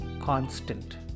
constant